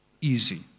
Easy